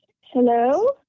Hello